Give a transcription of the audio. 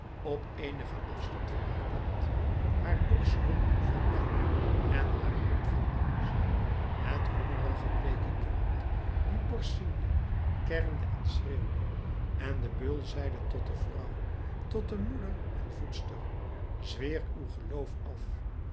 op eenigen afstand van haar kind haar borst zwol van melk en haar hart van angst het hongerige bleeke kind die borst ziende kermde en schreeuwde en de beul zeide tot de vrouw tot de moeder en voedster zweer uw geloof af